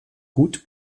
gut